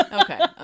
Okay